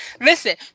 listen